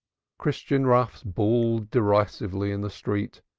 christian roughs bawled derisively in the street,